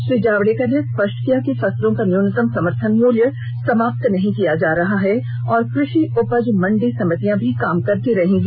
श्री जावड़ेकर ने स्पंष्ट किया कि फसलों का न्यूनतम समर्थन मुल्य समाप्त नहीं किया जा रहा है और कृषि उपज मंडी समितियां भी काम करती रहेंगी